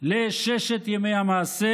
לששת ימי המעשה,